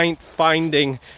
finding